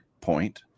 point